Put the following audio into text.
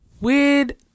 weird